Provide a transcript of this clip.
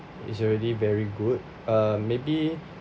is already very good err maybe